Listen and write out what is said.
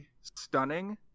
stunning